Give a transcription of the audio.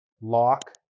lock